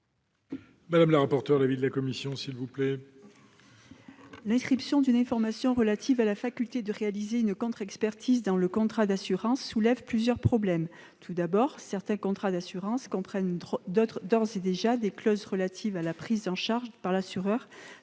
Quel est l'avis de la commission spéciale ? L'inscription d'une information relative à la faculté de réaliser une contre-expertise dans le contrat d'assurance soulève plusieurs problèmes. Tout d'abord, certains contrats d'assurance comprennent d'ores et déjà des clauses relatives à la prise en charge par l'assureur